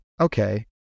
okay